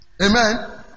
Amen